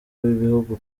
w’ibihugu